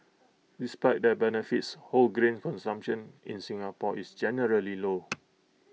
despite their benefits whole grain consumption in Singapore is generally low